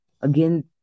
Again